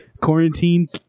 Quarantine